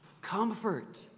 Comfort